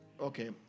okay